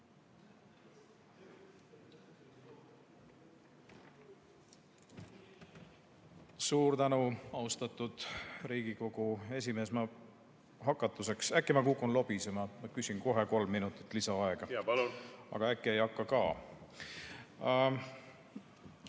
Suur tänu, austatud Riigikogu esimees! Ma hakatuseks – äkki ma kukun lobisema – küsin kohe kolm minutit lisaaega. Jaa, palun! Aga äkki ei hakka ka.